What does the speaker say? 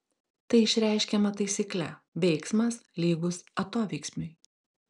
tai išreiškiama taisykle veiksmas lygus atoveiksmiui